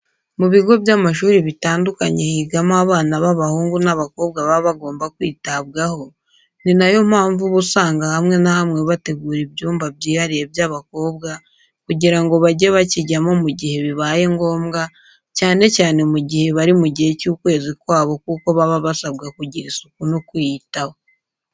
Mu bigo by'amashuri bitandukanye higamo abana b'abahungu n'abakobwa baba bagomba kwitabwaho, ni na yo mpamvu uba usanga hamwe na hamwe bategura ibyumba byihariye by'abakobwa kugira ngo bajye bakijyamo mu gihe bibaye ngombwa, cyane cyane mu gihe bari mu gihe cy'ukwezi kwabo kuko baba basabwa kugira isuku no kwiyitaho.